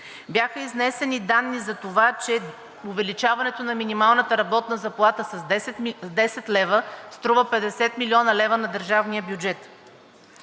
Бяха изнесени данни за това, че увеличаването на минималната работна заплата с 10 лв. струва 50 млн. лв. на държавния бюджет,